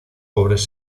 pobres